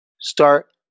start